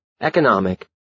economic